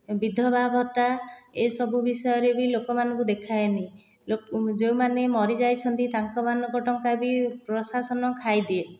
ବିଧବା ଭତ୍ତା ଏସବୁ ବିଷୟରେ ବି ଲୋକମାନଙ୍କୁ ଦେଖାଏନି ଯେଉଁମାନେ ମରିଯାଇଛନ୍ତି ତାଙ୍କ ମାନଙ୍କ ଟଙ୍କା ବି ପ୍ରଶାସନ ଖାଇଦିଏ